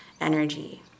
energy